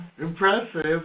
Impressive